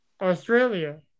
Australia